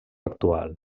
actual